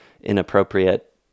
inappropriate